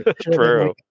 True